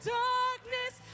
darkness